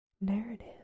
Narrative